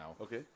Okay